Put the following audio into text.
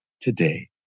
today